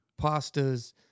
pastas